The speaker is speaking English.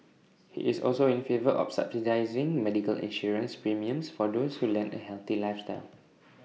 he is also in favour of subsidising medical insurance premiums for those who lead A healthy lifestyle